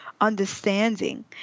understanding